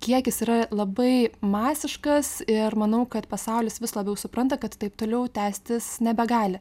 kiekis yra labai masiškas ir manau kad pasaulis vis labiau supranta kad taip toliau tęstis nebegali